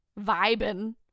vibing